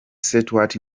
stewart